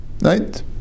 Right